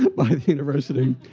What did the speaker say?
but by the university.